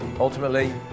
Ultimately